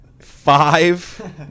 five